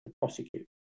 prosecute